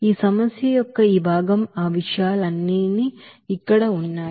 ఈ సమస్యయొక్క ఈ భాగంలో ఆ విషయాలన్నీ ఇక్కడ ఉన్నాయి